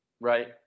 right